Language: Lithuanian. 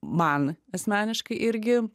man asmeniškai irgi